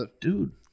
Dude